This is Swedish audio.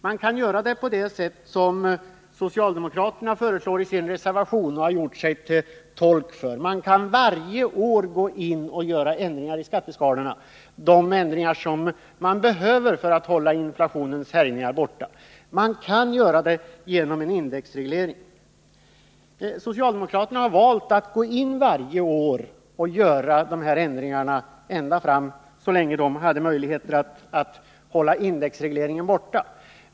Man kan göra det på det sätt som socialdemokraterna föreslår i sin reservation och som de har gjort sig till tolk för här: man kan varje år göra de ändringar i skatteskalorna som behövs för att man skall hålla inflationens härjningar borta. Man kan också göra det genom indexreglering. Socialdemokraterna valde att varje år göra sådana ändringar så länge de hade möjligheter att hålla indexregleringen borta.